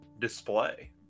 display